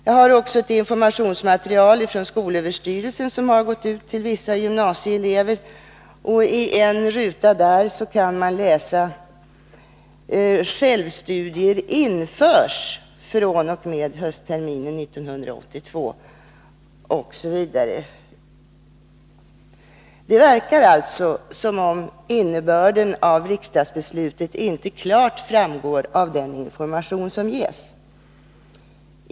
Jag har också ett informationsmaterial från skolöverstyrelsen som har gått ut till vissa gymnasieelever. I en ruta där kan man läsa: ”Självstudier införs fr.o.m. höstterminen 1982” osv. Det verkar alltså som om innebörden av riksdagsbeslutet inte klart framgår av den information som ges.